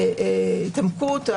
התעמקות.